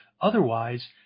Otherwise